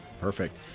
Perfect